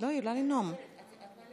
אלפי